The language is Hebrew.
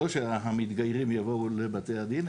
לא שהמתגיירים יבואו לבתי הדין,